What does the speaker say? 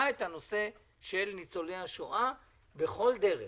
את הנושא של ניצולי השואה בכל דרך.